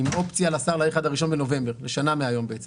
עם אופציה לשר להאריך עד ה-1 בנובמבר, שנה מהיום.